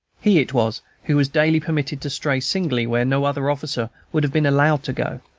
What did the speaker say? he it was who was daily permitted to stray singly where no other officer would have been allowed to go,